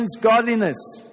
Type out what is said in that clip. godliness